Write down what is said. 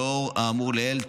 לאור האמור לעיל,